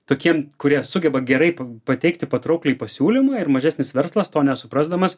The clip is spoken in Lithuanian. tokiem kurie sugeba gerai pateikti patraukliai pasiūlymą ir mažesnis verslas to nesuprasdamas